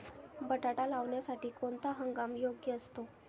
बटाटा लावण्यासाठी कोणता हंगाम योग्य असतो?